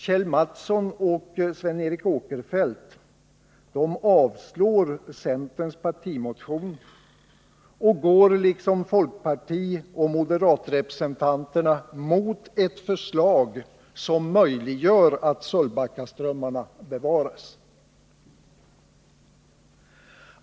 Kjell Mattsson och Sven Eric Åkerfeldt avstyrker sålunda centerns partimotion och går liksom folkpartioch moderatrepresentanterna mot ett förslag som möjliggör att Sölvbackaströmmarna bevaras.